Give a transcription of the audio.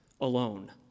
alone